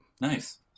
Nice